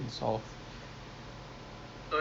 nama dia Q